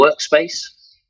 workspace